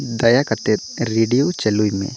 ᱫᱟᱭᱟ ᱠᱟᱛᱮᱫ ᱨᱮᱰᱤᱭᱳ ᱪᱟᱹᱞᱩᱭ ᱢᱮ